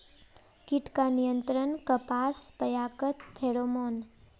कीट का नियंत्रण कपास पयाकत फेरोमोन?